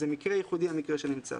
המקרה בו אנחנו מדברים הוא מקרה ייחודי.